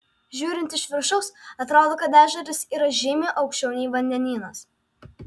žiūrint iš viršaus atrodo kad ežeras yra žymiai aukščiau nei vandenynas